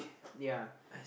yeah